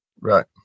right